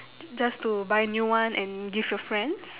j~ just to buy new one and give your friends